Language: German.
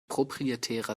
proprietärer